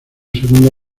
segunda